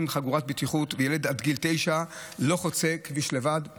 חגורת בטיחות ו"ילד עד גיל תשע לא חוצה כביש לבד";